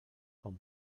com